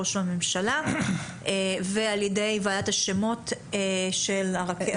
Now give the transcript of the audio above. על ידי ועדת השמות במשרד ראש הממשלה ועל ידי ועדת השמות של רכבת ישראל.